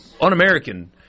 un-American